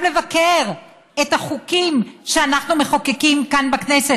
לבקר את החוקים שאנחנו מחוקקים כאן בכנסת,